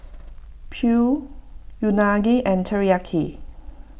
Pho Unagi and Teriyaki